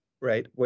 Right